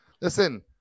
listen